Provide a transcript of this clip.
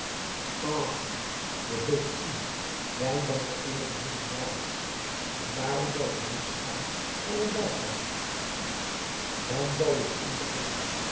enfin je zult het zien jij bent de eenige minderjarige nog en daarom zal de weeskamer er wel bij komen dan zal je het ondervinden